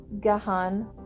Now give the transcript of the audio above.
Gahan